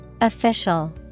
Official